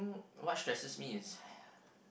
what stresses me is